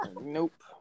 nope